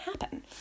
happen